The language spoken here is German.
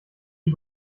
die